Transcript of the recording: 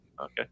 Okay